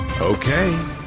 Okay